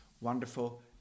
wonderful